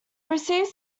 received